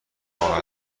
ماه